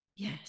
Yes